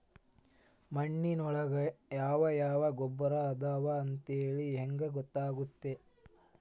ಮಣ್ಣಿನೊಳಗೆ ಯಾವ ಯಾವ ಗೊಬ್ಬರ ಅದಾವ ಅಂತೇಳಿ ಹೆಂಗ್ ಗೊತ್ತಾಗುತ್ತೆ?